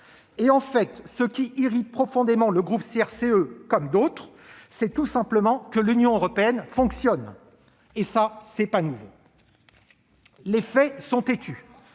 ! En fait, ce qui irrite profondément le groupe CRCE, comme d'autres, c'est tout simplement que l'Union européenne fonctionne- et cela n'est pas nouveau ! Les faits sont têtus